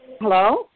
Hello